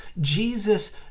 Jesus